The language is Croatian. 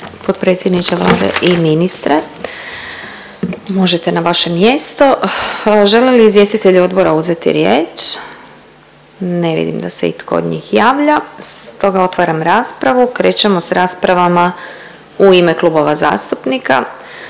potpredsjedniče Vlade i ministre. Možete na vaše mjesto. Žele li izvjestitelji odbora uzeti riječ? Ne vidim da se itko od njih javlja, stoga otvaram raspravu. Krećemo s raspravama u ime klubova zastupnika.